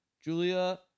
Julia